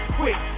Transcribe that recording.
quick